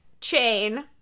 chain